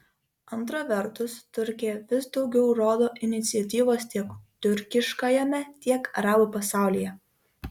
antra vertus turkija vis daugiau rodo iniciatyvos tiek tiurkiškajame tiek arabų pasaulyje